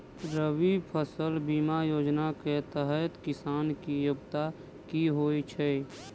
रबी फसल बीमा योजना केँ तहत किसान की योग्यता की होइ छै?